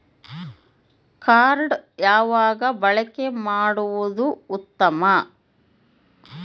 Card ಯಾವಾಗ ಬಳಕೆ ಮಾಡುವುದು ಉತ್ತಮ?